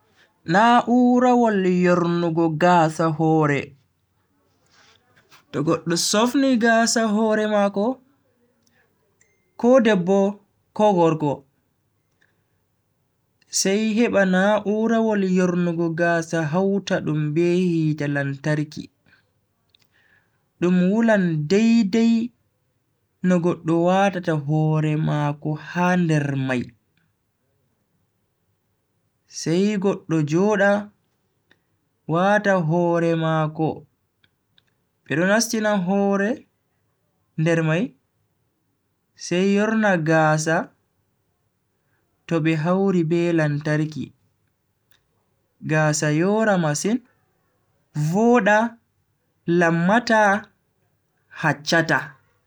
Naurawol yornugo gaasa hore, to goddo sofni gaasa hore mako ko debbo ko gorko, sai heba na'urawol yornugo gaasa hauta dum be hite lantarki, dum wulan dai-dai no goddo watata hore mako ha nder mai, sai goddo joda wata hore mako bedo nastina hore nder mai sai yorna gasa to be hauri be lantarki. gaasa yora masin voda lammata, hacchata.